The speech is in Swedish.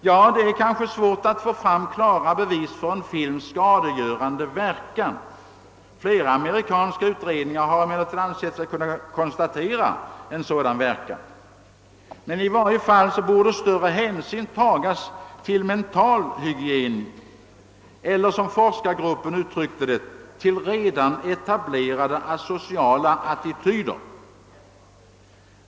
Ja, det är kanske svårt att få fram klara bevis på en films skadegörande verkan. Flera amerikanska utredningar har emellertid ansett sig kunna konsta tera en sådan påverkan. Men i varje fall borde större hänsyn tas till mentalhygieniska synpunkter, eller som forskargruppen uttrycker det »till redan etablerade sociala attityder».